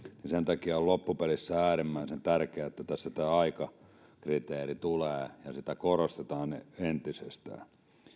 sen takia on loppupeleissä äärimmäisen tärkeää että tässä tämä aikakriteeri tulee ja sitä korostetaan entisestään